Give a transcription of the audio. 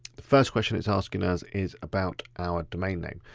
the first question it's asking us is about our domain name.